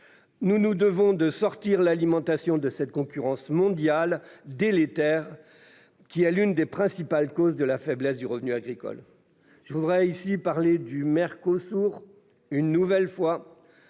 Nous nous devons de sortir l'alimentation d'une concurrence mondiale délétère, qui est l'une des principales causes de la faiblesse du revenu agricole. Je voudrais ici évoquer l'accord avec le Mercosur, une nouvelle fois.